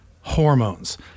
hormones